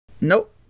nope